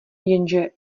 jenže